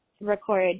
record